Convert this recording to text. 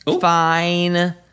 fine